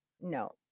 no